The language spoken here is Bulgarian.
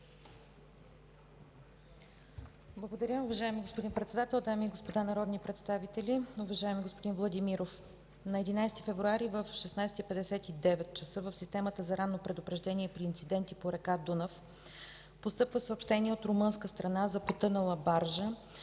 Благодаря. Дами и господа народни представители! Уважаеми господин Владимиров, на 11 февруари в 16,59 ч. в Системата за ранно предупреждение при инциденти по река Дунав постъпва съобщение от румънска страна за потънала баржа